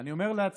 ואני אומר לעצמי: